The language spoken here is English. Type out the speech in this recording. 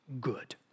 good